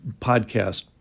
podcast